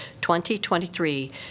2023